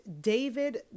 David